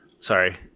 sorry